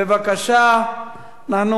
בבקשה, אנחנו